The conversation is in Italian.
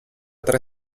tre